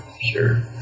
sure